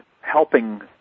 helping